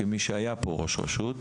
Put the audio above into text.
כמי שהיה ראש רשות